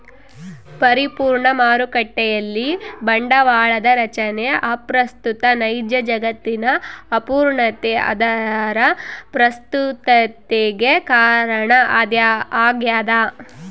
ಪರಿಪೂರ್ಣ ಮಾರುಕಟ್ಟೆಯಲ್ಲಿ ಬಂಡವಾಳದ ರಚನೆ ಅಪ್ರಸ್ತುತ ನೈಜ ಜಗತ್ತಿನ ಅಪೂರ್ಣತೆ ಅದರ ಪ್ರಸ್ತುತತಿಗೆ ಕಾರಣ ಆಗ್ಯದ